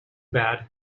bad